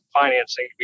financing